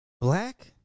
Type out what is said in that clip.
Black